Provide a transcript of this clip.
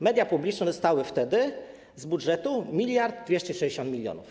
Media publiczne dostały wtedy z budżetu 1260 mln.